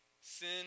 sin